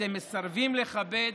אתם מסרבים לכבד